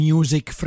Music